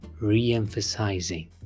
re-emphasizing